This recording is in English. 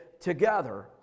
together